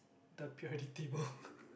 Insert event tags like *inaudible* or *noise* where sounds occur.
the periodic table *breath*